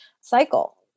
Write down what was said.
cycle